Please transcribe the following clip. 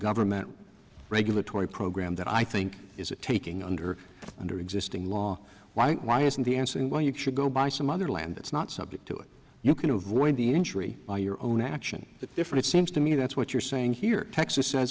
government regulatory program that i think is a taking under under existing law why why isn't the answer when you should go buy some other land that's not subject to it you can avoid the injury by your own action the difference seems to me that's what you're saying here texas says